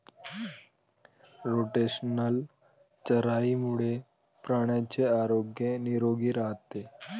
rotational चराईमुळे प्राण्यांचे आरोग्य निरोगी राहते